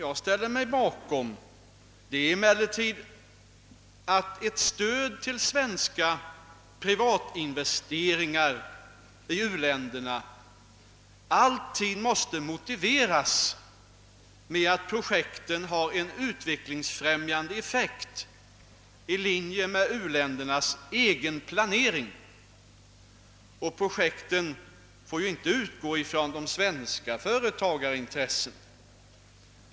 Jag ställer mig bakom denna grupps krav att stöd till svenska privatinvesteringar i u-länderna alltid måste motiveras med att projekten i fråga har en utvecklingsfrämjande effekt i linje med u-ländernas egen planering. Projekten får inte utgå ifrån svenska företagarintressen.